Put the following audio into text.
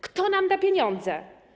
Kto nam da pieniądze?